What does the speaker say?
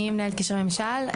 אני מנהלת קשרי ממשל.